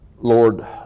Lord